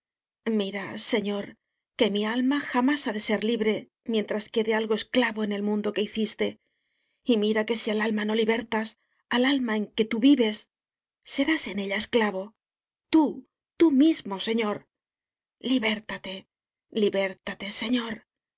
mira señor que mi alma jamás ha de ser libre mientras quede algo esclavo en el mundo que hiciste y mira que si al alma no libertas al alma en que tú vives serás en ella esclavo tú tú mismo señor liberta te liberta te señor